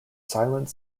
silent